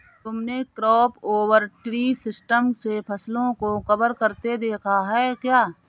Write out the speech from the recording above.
तुमने crop over tree system से फसलों को कवर करते देखा है क्या?